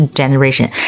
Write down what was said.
generation